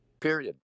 Period